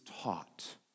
taught